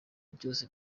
byose